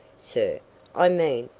sir i mean,